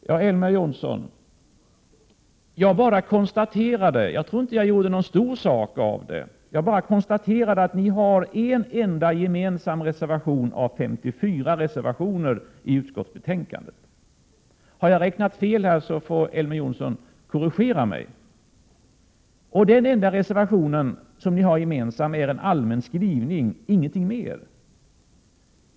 Till Elver Jonsson: Jag bara konstaterade — jag tror inte att jag gjorde någon stor sak av det — att ni borgerliga har en enda gemensam reservation av 54 reservationer i utskottsbetänkandet. Har jag räknat fel får Elver Jonsson korrigera mig. Den enda reservation som ni har gemensam gäller en allmän skrivning — ingenting mer.